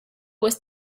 was